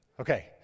Okay